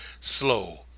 slow